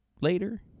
later